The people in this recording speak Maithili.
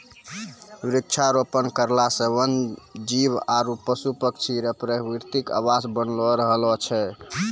वृक्षारोपण करला से वन जीब आरु पशु पक्षी रो प्रकृतिक आवास बनलो रहै छै